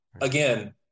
again